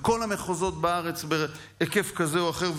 בכל המחוזות בארץ בהיקף כזה או אחר,